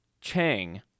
Chang